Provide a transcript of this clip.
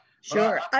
sure